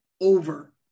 over